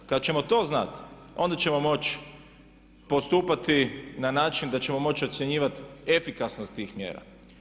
Kad ćemo to znati onda ćemo moći postupati na način da ćemo moć ocjenjivati efikasnost tih mjera.